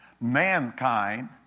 mankind